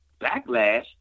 backlash